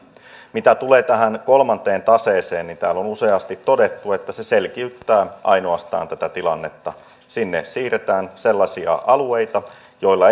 mitä tulee tähän kolmanteen taseeseen niin täällä on useasti todettu että se selkiyttää ainoastaan tätä tilannetta sinne siirretään sellaisia alueita joilla